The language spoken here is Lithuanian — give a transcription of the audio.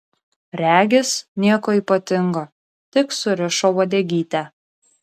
regis nieko ypatingo tik surišo uodegytę